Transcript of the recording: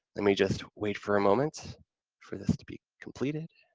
let me just wait for a moment for this to be completed,